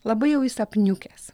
labai jau jis apniukęs